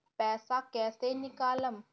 पैसा कैसे निकालम?